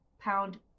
pound